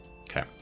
Okay